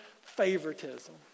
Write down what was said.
favoritism